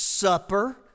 Supper